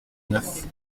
neuf